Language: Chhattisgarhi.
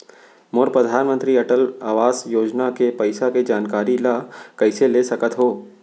मोर परधानमंतरी अटल आवास योजना के पइसा के जानकारी ल कइसे ले सकत हो?